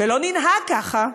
ולא ננהג ככה,